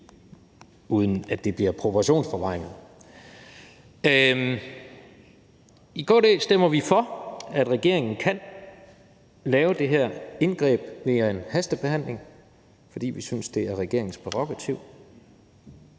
uden at det bliver proportionsforvrængning? I KD stemmer vi for, at regeringen kan lave det her indgreb via en hastebehandling, fordi vi synes, det er regeringens prærogativ,